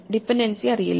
dependency അറിയില്ല